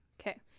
okay